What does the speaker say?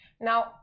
Now